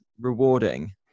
rewarding